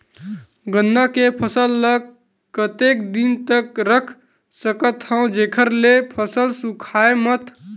गन्ना के फसल ल कतेक दिन तक रख सकथव जेखर से फसल सूखाय मत?